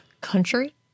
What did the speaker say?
country